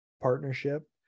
partnership